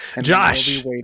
josh